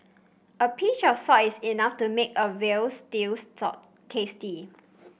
a pinch of salt is enough to make a veal stew tasty